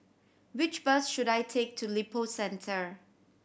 which bus should I take to Lippo Centre